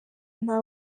nta